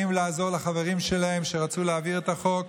לעזור לחברים שלהם שרצו להעביר את החוק,